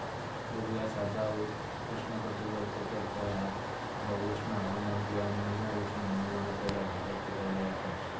पेरू ह्या साधा उष्णकटिबद्धाचा फळ हा जा उष्ण हवामान किंवा निम उष्ण हवामान असलेल्या भागात पिकवला जाता